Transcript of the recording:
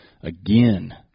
Again